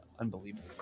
unbelievable